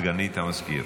סגנית המזכיר.